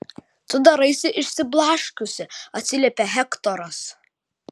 tu daraisi išsiblaškiusi atsiliepia hektoras